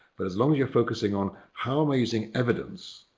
but as long as you're focusing on how am i using evidence